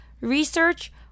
research